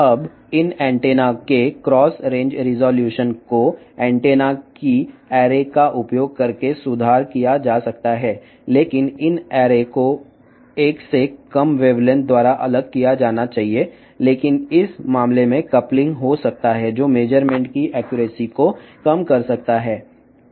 ఇప్పుడు ఈ యాంటెన్నాల యొక్క క్రాస్ రేంజ్ రెసొల్యూషను యాంటెన్నాల శ్రేణిని ఉపయోగించి మెరుగుపరచవచ్చును కానీ ఈ శ్రేణులను ఒకటి కంటే తక్కువ వేవ్ లెంగ్త్ ద్వారా వేరు చేయాలి అయితే ఈ సందర్భంలో కప్లింగ్ ఉండవచ్చు ఇది కొలత యొక్క ఖచ్చితత్వాన్ని తగ్గిస్తుంది